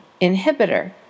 inhibitor